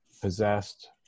possessed